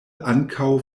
ankaŭ